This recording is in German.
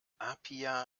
apia